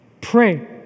Pray